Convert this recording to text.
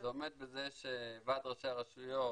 זה עומד בזה שוועד ראשי הרשויות,